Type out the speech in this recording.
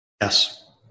Yes